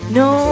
no